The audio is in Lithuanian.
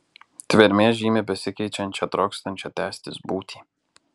tvermė žymi besikeičiančią trokštančią tęstis būtį